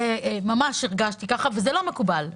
כך הרגשתי וזה לא מקובל.